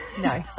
no